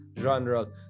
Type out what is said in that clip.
genre